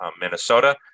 Minnesota